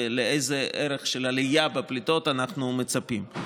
ולאיזה ערך של עלייה בפליטות אנחנו מצפים?